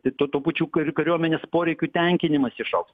tai to tupučiuką ir kariuomenės poreikių tenkinimas išaugs